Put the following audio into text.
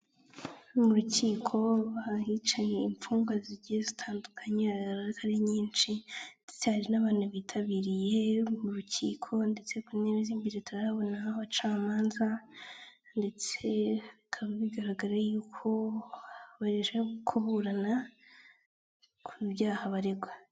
Mu rukiko ahicaye imfungwa zigiye zitandukanye, haragaragara ko ari nyinshi ndetse hari n'abantu bitabiriye urukiko ndetse ku ntebe z'imbere turahabonaho abacamanza ndetse bikaba bigaragara yuko baje kuburana ku byaha baregwa.